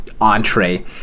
entree